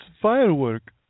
firework